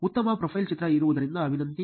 ಉತ್ತಮ ಪ್ರೊಫೈಲ್ ಚಿತ್ರ ಇರುವುದರಿಂದ ವಿನಂತಿಸಿ